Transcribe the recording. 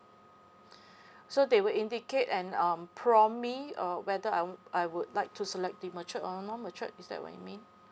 so they will indicate and um prompt me uh whether I I would like to select the matured or non matured is that what you mean